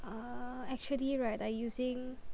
uh actually right I using